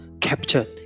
captured